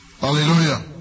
Hallelujah